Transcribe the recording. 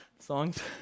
Songs